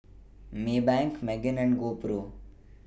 Maybank Megan and GoPro